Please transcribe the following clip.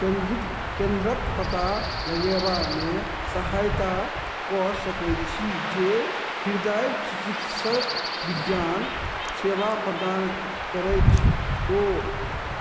केन्द्रित केन्द्रके पता लगेबामे सहायता कऽ सकै छी जे हृदय चिकित्सक विज्ञान सेवा प्रदान करैत हो